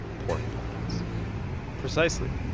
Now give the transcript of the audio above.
pouring products precisely